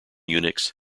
unix